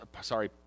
sorry